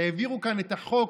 העבירו כאן את החוק,